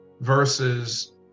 versus